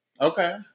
Okay